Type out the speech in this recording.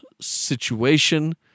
situation